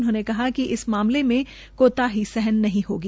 उन्होंने कहा कि इस मामलें में कोताही सहन नहीं होगी